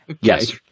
Yes